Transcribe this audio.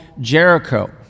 Jericho